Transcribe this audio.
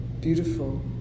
beautiful